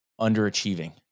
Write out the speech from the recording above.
underachieving